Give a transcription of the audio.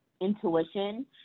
intuition